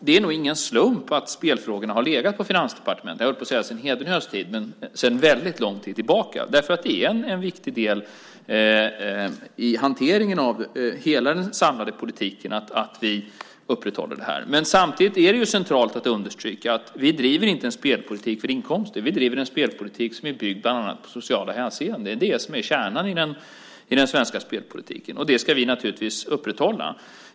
Det är nog ingen slump att spelfrågorna har legat på Finansdepartementet - jag höll på att säga sedan Hedenhös tid - sedan väldigt lång tid tillbaka. Det är en viktig del i hanteringen av hela den samlade politiken att vi upprätthåller detta. Samtidigt är det centralt att understryka att vi inte driver en spelpolitik för inkomster; vi driver en spelpolitik som bland annat är byggd på sociala hänseenden. Det är kärnan i den svenska spelpolitiken, och det ska vi naturligtvis upprätthålla.